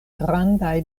grandaj